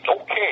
okay